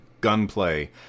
gunplay